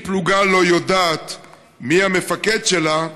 אם פלוגה לא יודעת מי המפקד שלה,